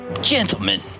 gentlemen